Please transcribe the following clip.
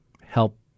help